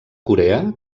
corea